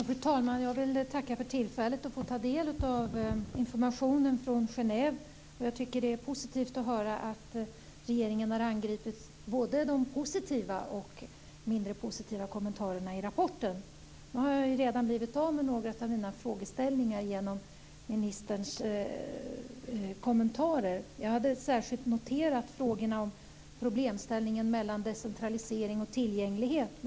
Fru talman! Jag vill tacka för tillfället att få ta del av informationen från Genève. Jag tycker att det är positivt att höra att regeringen har angripit både de positiva och de mindre positiva kommentarerna i rapporten. Nu har jag redan blivit av med några av mina frågeställningar genom ministerns kommentarer. Jag hade särskilt noterat problemställningen mellan decentralisering och tillgänglighet.